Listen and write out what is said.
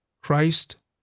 Christ